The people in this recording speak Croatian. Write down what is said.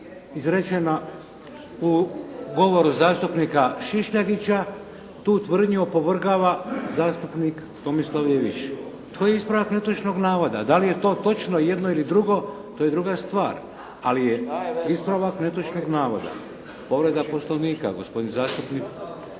izrečena u govoru zastupnika Šišljagića, tu tvrdnju opovrgava zastupnik Tomislav Ivić. To je ispravak netočnog navoda, da li je to točno i jedno ili drugo, to je druga stvar. Ali je ispravak netočnog navoda. Povreda Poslovnika gospodin zastupnik